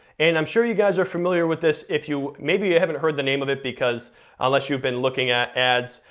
and i'm sure you guys are familiar with this if you, maybe you haven't heard the name of it because unless you've been looking at ads,